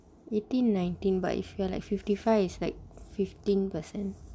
eighteen nineteen but if you are like fifty five is like fifteen percent